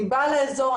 אני באה לאזור,